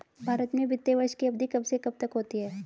भारत में वित्तीय वर्ष की अवधि कब से कब तक होती है?